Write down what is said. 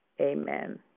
Amen